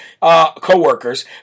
co-workers